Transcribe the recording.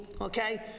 okay